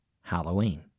Halloween